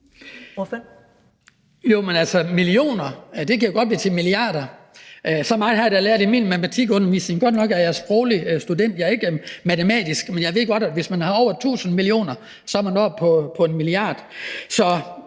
(DF): Jo, men millioner kan altså godt blive til milliarder. Så meget har jeg da lært i min matematikundervisning. Godt nok er jeg sproglig student, ikke matematisk, men jeg ved godt, at hvis man har over 1.000 millioner, er man oppe over 1 milliard. Så